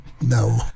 no